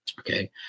Okay